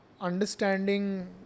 understanding